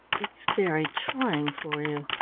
it's very trying for you.